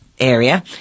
Area